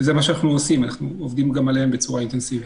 אנחנו עובדים גם עליהן בצורה אינטנסיבית.